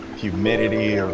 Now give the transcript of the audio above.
humidity,